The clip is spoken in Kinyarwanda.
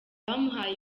bamuhaye